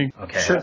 okay